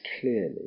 clearly